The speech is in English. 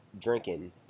drinking